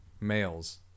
males